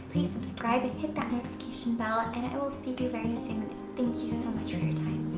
please subscribe and hit that notification bell and i will see you very soon. thank you so much for your time.